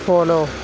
follow